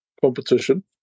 competition